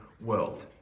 world